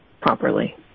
properly